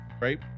right